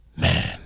Man